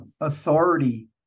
authority